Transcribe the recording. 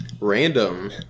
Random